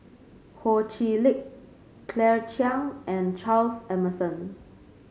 Ho Chee Lick Claire Chiang and Charles Emmerson